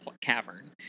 cavern